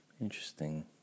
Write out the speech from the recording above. Interesting